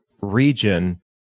region